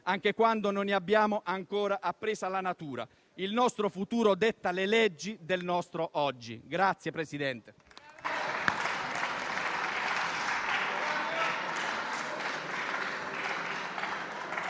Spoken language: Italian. anche quando non ne abbiamo ancora appresa la natura: il nostro futuro detta le leggi del nostro oggi».